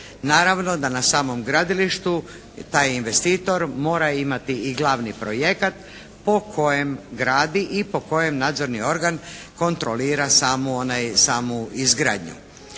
Naravno da na samom gradilištu taj investitor mora imati i glavni projekat po kojem gradi i po kojem nadzorni organ kontrolira samu izgradnju.